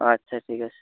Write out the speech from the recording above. আচ্ছা ঠিক আছে